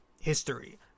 history